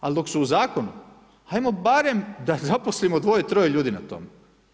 Ali dok su u Zakonu, hajmo barem da zaposlimo dvoje-troje ljudi na tome.